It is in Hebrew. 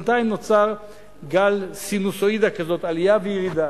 בינתיים נוצר גל סינוסואידה כזה, עלייה וירידה.